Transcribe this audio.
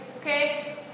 Okay